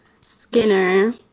Skinner